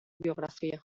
biografía